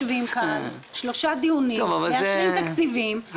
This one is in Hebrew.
אנחנו יושבים כאן שלושה דיונים ומאשרים תקציבים,